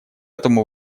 этому